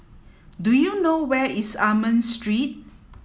do you know where is Almond Street